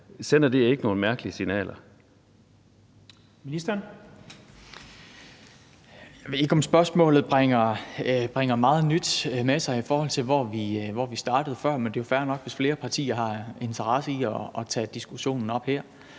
og forskningsministeren (Jesper Petersen): Jeg ved ikke, om spørgsmålet bringer meget nyt med sig, i forhold til hvor vi startede før. Men det er jo fair nok, hvis flere partier har interesse i at tage diskussionen op her.